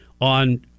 on